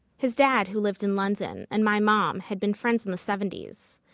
his dad, who lived in london, and my mom had been friends in the seventy s.